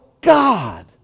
God